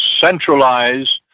centralize